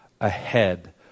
ahead